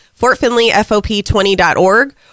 FortFinleyFOP20.org